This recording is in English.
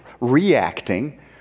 reacting